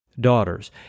daughters